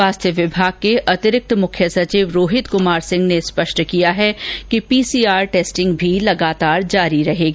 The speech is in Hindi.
स्वास्थ्य विभाग के अतिरिक्त मुख्य सचिव रोहित कुमार सिंह ने स्पष्ट किया कि पीसीआर टेस्टिंग भी लगातार जारी रहेगी